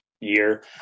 year